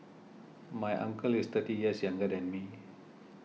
my uncle is thirty years younger than me